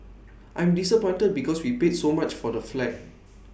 I'm disappointed because we paid so much for the flat